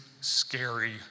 scary